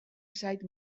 zait